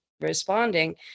responding